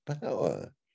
power